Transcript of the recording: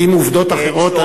עם עובדות אחרות,